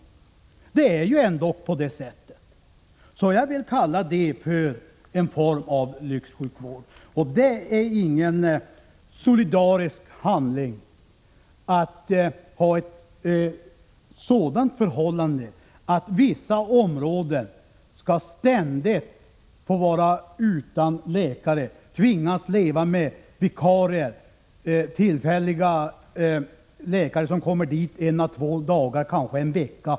Det är ändå på det sättet, och jag vill kalla det för en form av lyxsjukvård. Det är ingen solidaritet att ha sådana förhållanden att människorna i vissa områden ständigt skall få vara utan läkare och tvingas leva med vikarier, tillfälliga läkare, som kommer dit en å två dagar eller kanske en vecka.